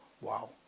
Wow